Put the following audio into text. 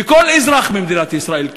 וכך כל אזרח במדינת ישראל.